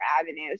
avenues